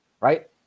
Right